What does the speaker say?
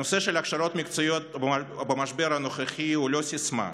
הנושא של הכשרות מקצועיות במשבר הנוכחי הוא לא סיסמה.